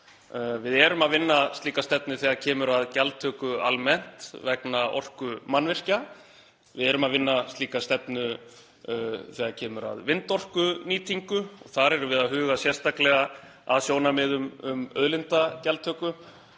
Við erum að vinna slíka stefnu þegar kemur að gjaldtöku almennt vegna orkumannvirkja. Við erum að vinna slíka stefnu þegar kemur að vindorkunýtingu og þar erum við að huga sérstaklega að sjónarmiðum um auðlindagjaldtöku.